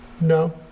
no